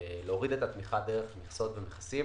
להוריד את התמיכה דרך מכסות ומכסים